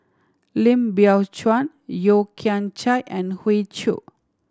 Lim Biow Chuan Yeo Kian Chye and Hoey Choo